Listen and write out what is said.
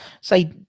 say